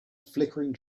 flickering